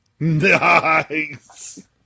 Nice